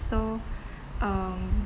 so um